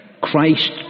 Christ